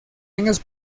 años